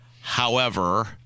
however-